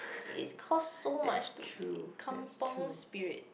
it costs so much to be kampung spirit